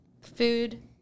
Food